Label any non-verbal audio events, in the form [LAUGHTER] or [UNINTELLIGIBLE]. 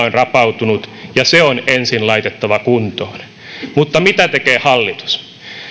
[UNINTELLIGIBLE] on rapautunut ja se on ensin laitettava kuntoon mutta mitä tekee hallitus